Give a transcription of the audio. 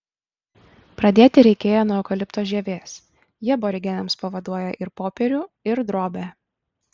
pradėti reikėjo nuo eukalipto žievės ji aborigenams pavaduoja ir popierių ir drobę